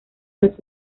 los